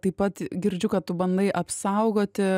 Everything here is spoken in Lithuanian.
taip pat girdžiu kad tu bandai apsaugoti